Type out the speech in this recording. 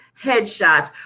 headshots